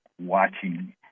watching